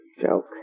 joke